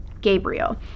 gabriel